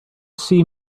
see